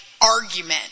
argument